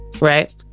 right